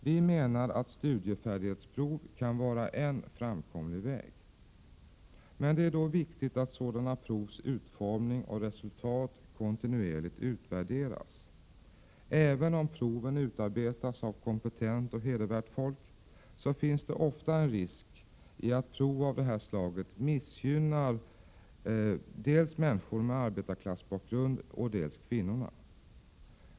Vi menar att studiefärdighetsprov kan vara en framkomlig väg. Det är viktigt att sådana provs utformning och resultat kontinuerligt utvärderas. Även om proven utarbetas av kompetenta och hedervärda människor finns det ofta en risk att prov av detta slag missgynnar dels människor med arbetarklassbakgrund, dels kvinnor.